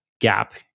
gap